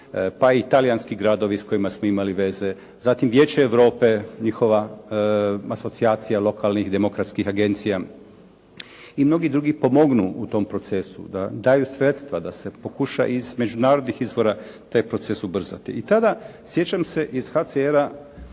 pa i talijanski gradovi s kojima smo imali veze, zatim Vijeće Europe, njihova asocijacija lokalnih demokratskih agencija i mnogi drugi pomognu u tom procesu, da daju sredstva, da se pokuša i iz međunarodnih izvora taj proces ubrzati. I tada, sjećam se iz HCR-a